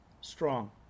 strong